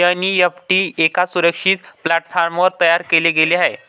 NEFT एका सुरक्षित प्लॅटफॉर्मवर तयार केले गेले आहे